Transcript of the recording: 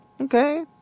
Okay